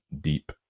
deep